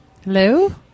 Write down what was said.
hello